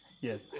Yes